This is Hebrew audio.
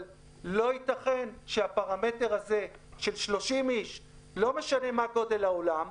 אבל לא ייתכן שלא נתחשב בגודל האולם בעת חישוב הפרמטרים.